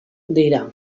dira